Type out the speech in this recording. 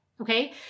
Okay